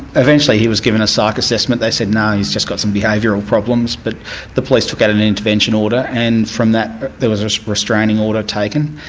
eventually he was given a psych assessment, they said no, he's just got some behavioural problems, but the police took out an intervention order, and from that there was a restraining order taken.